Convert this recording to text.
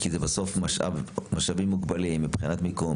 כי זה בסוף משאבים מוגבלים מבחינת מיקום,